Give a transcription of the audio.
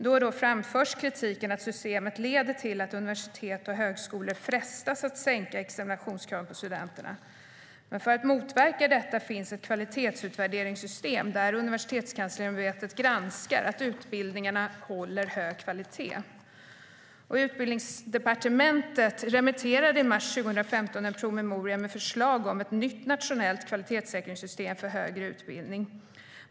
Då och då framförs kritiken att systemet leder till att universitet och högskolor frestas att sänka examinationskraven på studenterna. För att motverka detta finns det ett kvalitetsutvärderingssystem där Universitetskanslersämbetet granskar att utbildningarna håller hög kvalitet. Utbildningsdepartementet remitterade i mars 2015 en promemoria med förslag om ett nytt nationellt kvalitetssäkringssystem för högre utbildning.